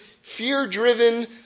fear-driven